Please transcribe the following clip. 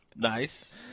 Nice